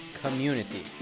Community